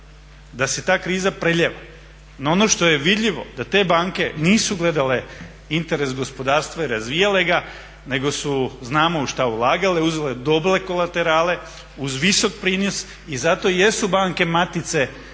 da se ta kriza prelijeva. No ono što je vidljivo da te banke nisu gledale interes gospodarstva i razvijale ga nego su znamo u šta ulagale, uzele dobre kolaterale uz visok prinos i zato i jesu banke matice,